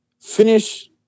finish